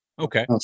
okay